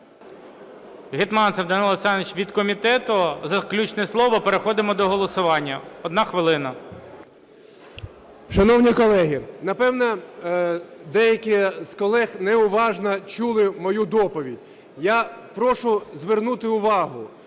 Шановні колеги, напевно, деякі з колег неуважно чули мою доповідь. Я прошу звернути увагу: